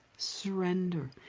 Surrender